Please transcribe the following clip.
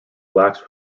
blacks